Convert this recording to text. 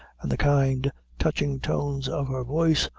and the kind, touching tones of her voice,